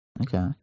Okay